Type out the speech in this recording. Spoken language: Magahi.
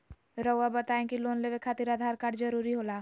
रौआ बताई की लोन लेवे खातिर आधार कार्ड जरूरी होला?